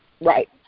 Right